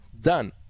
done